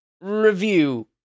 review